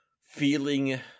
feeling